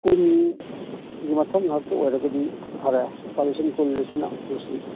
ꯀꯨꯟꯒꯤ ꯃꯊꯛ ꯉꯥꯛꯇ ꯑꯣꯏꯔꯒꯗꯤ ꯐꯔꯦ ꯂꯨꯄꯥ ꯂꯤꯁꯤꯡ ꯀꯨꯟ ꯑꯁꯤꯅ ꯎꯄꯨꯁꯤ